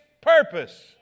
purpose